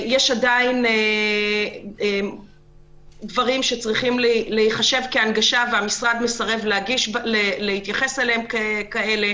יש עדיין דברים שצריכים להיחשב כהנגשה והמשרד מסרב להתייחס אליהם ככאלה.